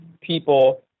people